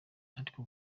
ariko